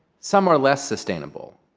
some are less sustainable,